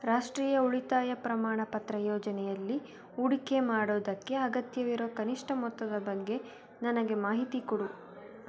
ರಾಷ್ಟ್ರೀಯ ಉಳಿತಾಯ ಪ್ರಮಾಣಪತ್ರ ಯೋಜನೆಯಲ್ಲಿ ಹೂಡಿಕೆ ಮಾಡೋದಕ್ಕೆ ಅಗತ್ಯವಿರೊ ಕನಿಷ್ಠ ಮೊತ್ತದ ಬಗ್ಗೆ ನನಗೆ ಮಾಹಿತಿ ಕೊಡು